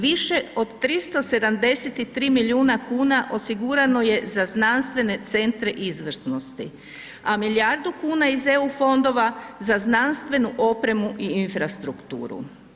Više od 373 milijuna kuna osigurano je znanstvene centre izvrsnosti, a milijardu kuna iz EU fondova za znanstvenu opremu i infrastrukturu.